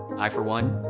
i for one.